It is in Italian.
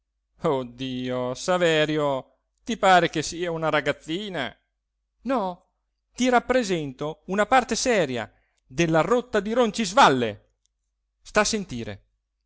dio saverio ti pare che sia una ragazzina no ti rappresento una parte seria della rotta di roncisvalle sta a sentire